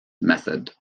method